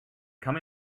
come